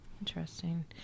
Interesting